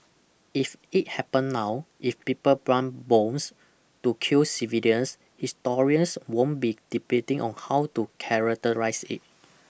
if it happen now if people plant bombs to kill civilians historians won't be debating on how to characterise it